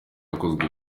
yakozwe